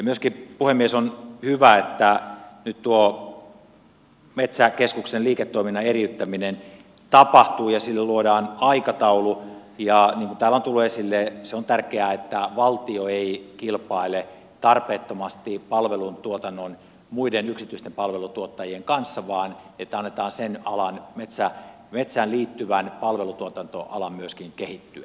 myöskin puhemies on hyvä että nyt tuo metsäkeskuksen liiketoiminnan eriyttäminen tapahtuu ja sille luodaan aikataulu ja niin kuin täällä on tullut esille on tärkeää että valtio ei kilpaile tarpeettomasti muiden yksityisten palvelutuottajien kanssa vaan että annetaan sen alan metsään liittyvän palvelutuotantoalan myöskin kehittyä